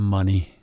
Money